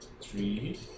three